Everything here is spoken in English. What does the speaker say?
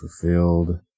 fulfilled